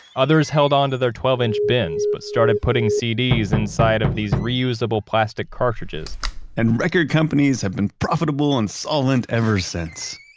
others held on to their twelve inch bins but started putting cds inside of these reusable plastic cartridges and record companies have been profitable and solvent ever since!